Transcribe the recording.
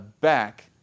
back